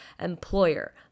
employer